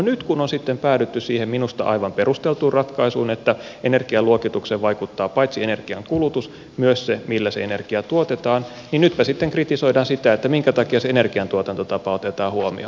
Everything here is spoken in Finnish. nyt kun on sitten päädytty siihen minusta aivan perusteltuun ratkaisuun että energialuokitukseen vaikuttaa paitsi energian kulutus myös se millä se energia tuotetaan niin sitten kritisoidaan sitä minkä takia se energiantuotantotapa otetaan huomioon